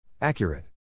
Accurate